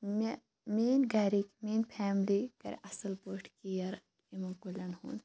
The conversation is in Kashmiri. مےٚ میٲنۍ گَرِک میٲنۍ فیٚملی کَرِ اصل پٲٹھۍ کِیَر یِمَن کُلٮ۪ن ہُند